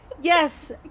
Yes